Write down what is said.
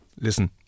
listen